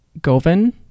Govin